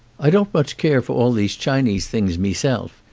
i don't much care for all these chinese things meself,